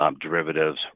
derivatives